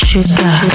Sugar